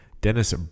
Dennis